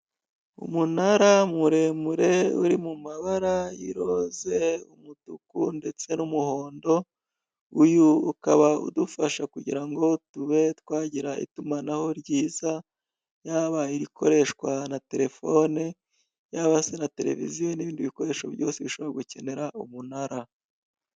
Umunara muremure uri mu mabara y'iroze, umutuku ndetse n'umuhondo, uyu ukaba udufasha kugira ngo tube twagira itumanaho ryiza yaba irikoreshwa na telefone yaba se na televiziyo n'ibindi bikoresho byose bishobora gukenera umunara.